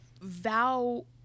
vow